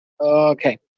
Okay